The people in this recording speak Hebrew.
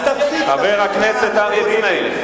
חבר הכנסת אריה ביבי.